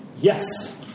Yes